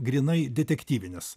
grynai detektyvinis